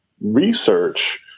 research